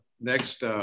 next